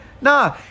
Nah